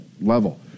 level